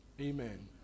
Amen